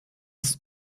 ist